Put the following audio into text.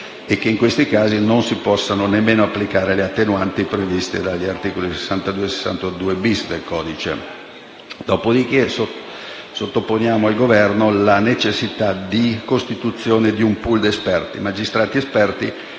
e che in questo caso non si possano nemmeno applicare le attenuanti previste dagli articoli 62 e 62-*bis* del codice penale. Sottoponiamo inoltre al Governo la necessità di costituire un *pool* di magistrati esperti,